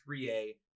3A